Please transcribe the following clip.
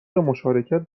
مشارکت